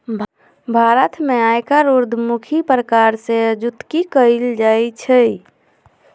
भारत में आयकर उद्धमुखी प्रकार से जुकती कयल जाइ छइ